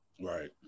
Right